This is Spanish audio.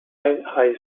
high